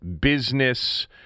business